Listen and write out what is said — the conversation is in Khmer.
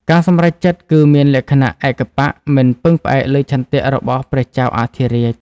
ការសម្រេចចិត្តគឺមានលក្ខណៈឯកបក្ស និងពឹងផ្អែកលើឆន្ទៈរបស់ព្រះចៅអធិរាជ។